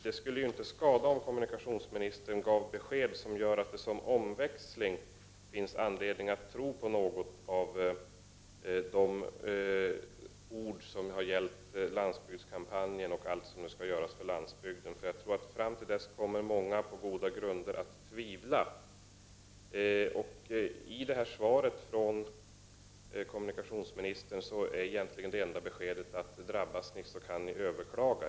Det skulle inte skada om kommunikationsministern gav besked som gör att det som omväxling finns anledning att tro på något av de ord som har gällt landsbygdskampanjen och allt som nu skall göras för landsbygden. Jag tror att många, på goda grunder, fram till dess kommer att tvivla. Det enda egentliga beskedet i kommunikationsministerns svar är att de som drabbas kan överklaga.